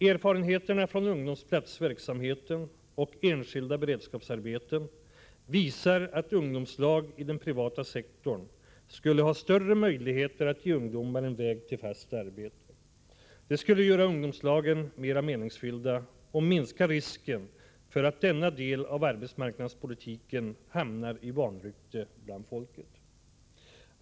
Erfarenheterna från ungdomsplatsverksamheten och enskilda beredskapsarbeten visar att ungdomslagi den privata sektorn skulle ha större möjligheter att ge ungdomar en väg till fast arbete. Det skulle göra ungdomslagen mer meningsfyllda och minska risken för att denna del av arbetsmarknadspolitiken hamnar i vanrykte bland folket.